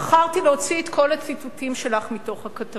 להוציא את כל הציטוטים שלך מכל הכתבה,